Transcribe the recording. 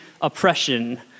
oppression